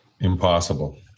Impossible